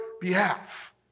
behalf